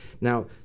Now